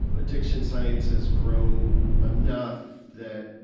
ah addiction science has grown enough that